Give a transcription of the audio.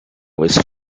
was